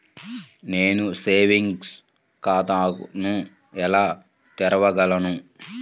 నేను సేవింగ్స్ ఖాతాను ఎలా తెరవగలను?